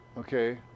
Okay